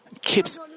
keeps